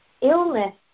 illness